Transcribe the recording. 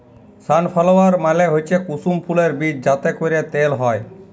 sunflower মালে হচ্যে কুসুম ফুলের বীজ যাতে ক্যরে তেল হ্যয়